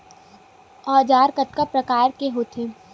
औजार कतना प्रकार के होथे?